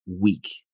weak